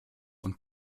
und